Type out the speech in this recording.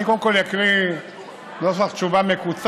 קודם כול אני אקריא נוסח תשובה מקוצר,